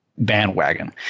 Bandwagon